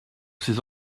ces